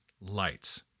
lights